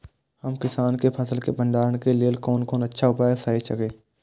हम किसानके फसल के भंडारण के लेल कोन कोन अच्छा उपाय सहि अछि?